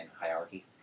hierarchy